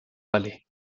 palais